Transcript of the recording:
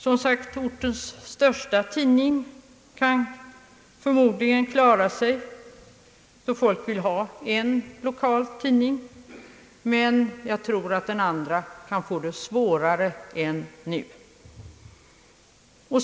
Som sagt, ortens största tidning kan förmodligen klara sig, många vill ha en lokal tidning. Men jag tror att andratidningen kan få det svårare än nu.